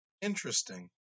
Interesting